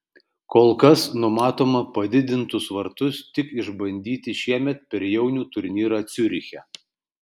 kol kas numatoma padidintus vartus tik išbandyti šiemet per jaunių turnyrą ciuriche